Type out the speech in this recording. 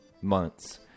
months